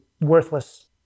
worthless